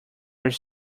there